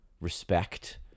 respect